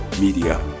media